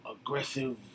aggressive